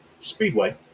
Speedway